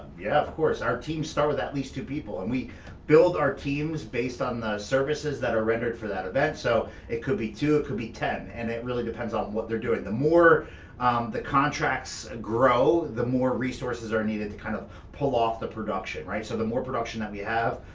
yeah, of, our teams start with at least two people, and we build our teams based on the services that are rendered for that event, so it could be two, it could be ten, and it really depends on what they're doing. the more the contracts grow, the more resources are needed to kind of pull off the production, right? so the more production that we have,